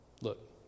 Look